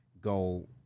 go